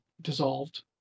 dissolved